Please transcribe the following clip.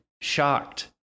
shocked